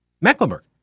Mecklenburg